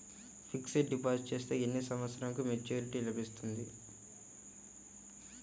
Fixed deposit చేస్తే ఎన్ని సంవత్సరంకు మెచూరిటీ లభిస్తుంది?